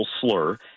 slur